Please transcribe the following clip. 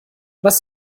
was